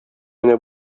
менә